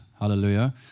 hallelujah